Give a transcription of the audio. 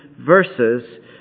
verses